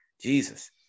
Jesus